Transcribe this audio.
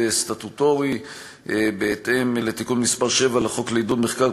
סטטוטורי בהתאם לתיקון מס' 7 לחוק לעידוד מחקר,